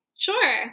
Sure